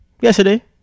Yesterday